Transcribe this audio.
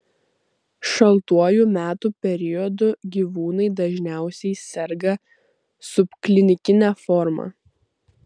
šaltuoju metų periodu gyvūnai dažniausiai serga subklinikine forma